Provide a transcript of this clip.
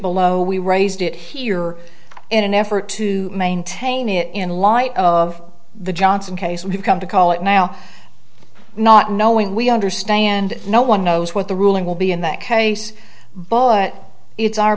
below we raised it here in an effort to maintain it in light of the johnson case we've come to call it now not knowing we understand no one knows what the ruling will be in that case but it's our